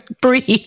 Breathe